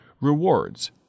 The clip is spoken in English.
rewards